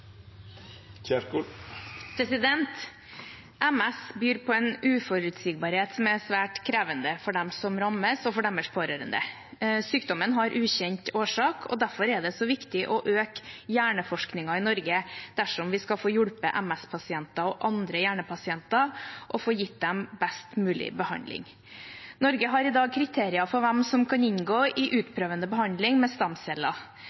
MS byr på en uforutsigbarhet som er svært krevende for dem som rammes og for deres pårørende. Sykdommen har ukjent årsak, og derfor er det så viktig å øke hjerneforskningen i Norge dersom vi skal få hjulpet MS-pasienter og andre hjernepasienter og få gitt dem best mulig behandling. Norge har i dag kriterier for hvem som kan inngå i